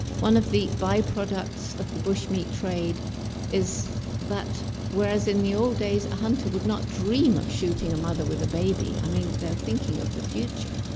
one of the by-products of the bush-meat trade is that but whereas in the old days a hunter would not dream of shooting a mother with a baby. i mean, they're thinking of the future.